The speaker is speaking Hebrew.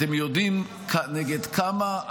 אתם יודעים נגד כמה,